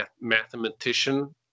mathematician